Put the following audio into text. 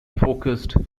focused